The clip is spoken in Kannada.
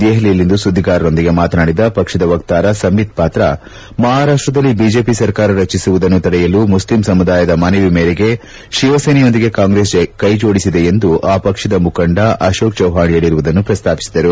ದೆಹಲಿಯಲ್ಲಿಂದು ಸುದ್ದಿಗಾರರೊಂದಿಗೆ ಮಾತನಾಡಿದ ಪಕ್ಷದ ವಕ್ತಾರ ಸಂಬೀತ್ ಪಾತ್ರಾ ಮಹಾರಾಷ್ಷದಲ್ಲಿ ಬಿಜೆಪಿ ಸರ್ಕಾರ ರಚಿಸುವುದನ್ನು ತಡೆಯಲು ಮುಸ್ಲಿಂ ಸಮುದಾಯದ ಮನವಿ ಮೇರೆಗೆ ಶಿವಸೇನೆಯೊಂದಿಗೆ ಕಾಂಗ್ರೆಸ್ ಕೈಜೋಡಿಸಿದೆ ಎಂದು ಆ ಪಕ್ಷದ ಮುಖಂಡ ಅಶೋಕ್ ಚೌವ್ವಾಣ್ ಹೇಳಿರುವುದನ್ನು ಪ್ರಸ್ತಾಪಿಸಿದರು